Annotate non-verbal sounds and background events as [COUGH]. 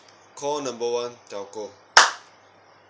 call number one telco [NOISE]